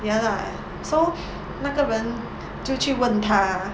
ya lah so 那个人就去问她